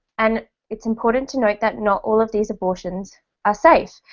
and it's important to note that not all of these abortions are safe.